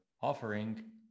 offering